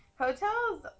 hotels